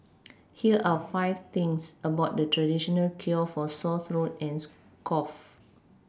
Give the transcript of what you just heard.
here are five things about the traditional cure for sore throat and cough